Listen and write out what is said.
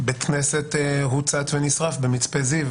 שבית כנסת הוצת ונשרף במצפה זיו,